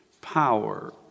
power